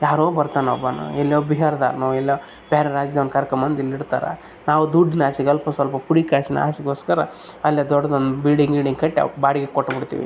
ಯಾರೋ ಬರ್ತಾನೆ ಒಬ್ಬನು ಎಲ್ಲಿಯೋ ಬಿಹಾರ್ದೋನೋ ಇಲ್ಲ ಬೇರೆ ರಾಜ್ಯದವ್ನ ಕರ್ಕೊಂಡ್ ಬಂದು ಇಲ್ಲಿ ಇಡ್ತಾರೆ ಅವ್ನ ದುಡ್ಡಿನಾಸೆಗೆ ಅಲ್ಪ ಸ್ವಲ್ಪ ಪುಡಿ ಕಾಸಿನ ಆಸೆಗೋಸ್ಕರ ಅಲ್ಲೇ ದೊಡ್ದು ಒಂದು ಬಿಲ್ಡಿಂಗ್ ಗಿಲ್ಡಿಂಗ್ ಕಟ್ಟಿ ಅವ್ಕೆ ಬಾಡಿಗೆ ಕೊಟ್ಟು ಬಿಡ್ತೀವಿ